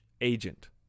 Agent